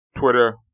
Twitter